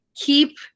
keep